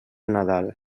nadal